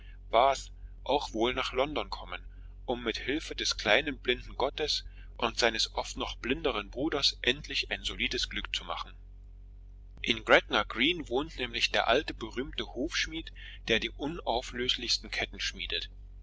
bath auch wohl nach london kommen um mit hilfe des kleinen blinden gottes und seines oft noch blinderen bruders endlich ein solides glück zu machen in gretna green wohnt nämlich der alte berühmte hufschmied der die unauflöslichsten ketten schmiedet